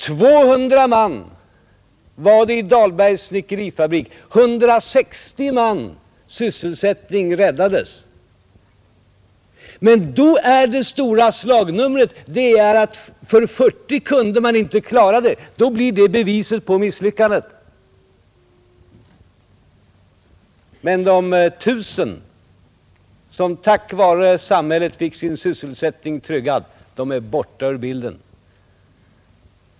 200 man var det i Dahlbergs snickerifabrik, 160 mans sysselsättning räddades. Men då är det stora slagnumret att för 40 kunde man inte klara sysselsättningen. Då blir det beviset på misslyckandet. Men de tusen som tack vare samhället fick sin sysselsättning tryggad är borta ur bilden.